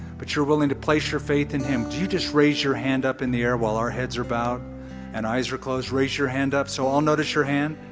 but you're willing to place your faith in him, you just raise your hand up in the air while our heads are bowed and eyes are closed. raise your hand up so i'll notice your hand.